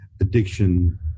addiction